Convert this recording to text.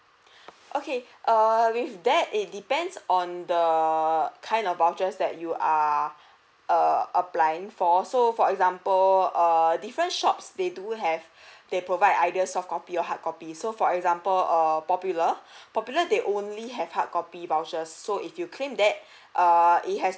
okay err if that it depends on the kind of vouchers that you err err applying for so for example err different shops they do have they provide either soft copy or hard copy so for example err popular popular they only have hard copy vouchers so if you claim that err it has